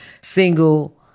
single